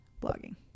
blogging